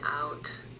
out